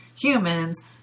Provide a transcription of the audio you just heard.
humans